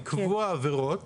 לקבוע עבירות